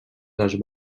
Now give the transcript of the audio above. les